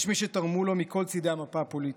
יש מי שתרמו לו מכל צידי המפה הפוליטית,